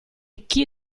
chi